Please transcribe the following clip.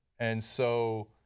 and so,